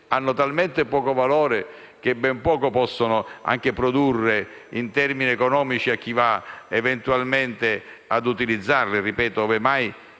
hanno talmente poco valore che ben poco possono produrre in termini economici a chi, eventualmente, va ad utilizzarle, ove mai